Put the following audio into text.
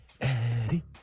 Eddie